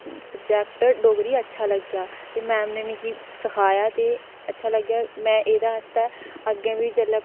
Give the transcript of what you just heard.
subject Dogri बड़ा अच्छा लग्गेआ ते मैम नै मिगी सखाया ते अच्छा लग्गेआ ते में एह्दे आस्तै अग्गें बी जेल्लै